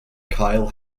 kyle